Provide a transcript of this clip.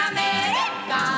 America